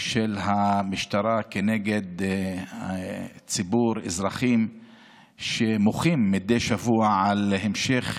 של המשטרה כנגד ציבור אזרחים המוחים מדי שבוע על המשך